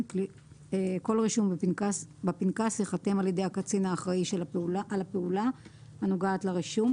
(ז)כל רישום בפנקס ייחתם על ידי הקצין האחראי על הפעולה הנוגעת לרישום,